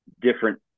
different